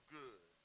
good